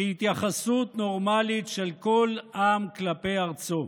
כהתייחסות נורמלית של כל עם כלפי ארצו.